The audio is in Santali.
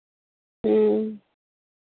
ᱦᱮᱸ